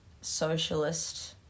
socialist